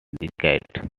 decade